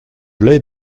l’ai